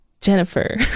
Jennifer